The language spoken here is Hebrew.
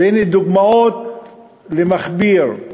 ויש דוגמאות למכביר.